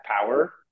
power